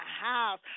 house